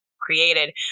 created